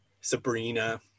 Sabrina